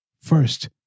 first